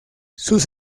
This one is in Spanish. sus